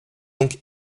donc